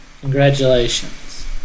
congratulations